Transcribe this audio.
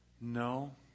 No